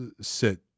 sit